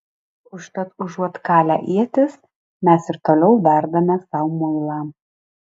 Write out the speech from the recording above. užtat užuot kalę ietis mes ir toliau verdame sau muilą